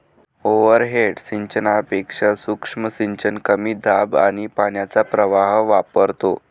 overhead सिंचनापेक्षा सूक्ष्म सिंचन कमी दाब आणि पाण्याचा प्रवाह वापरतो